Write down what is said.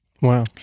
Wow